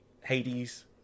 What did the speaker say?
Hades